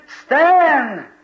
stand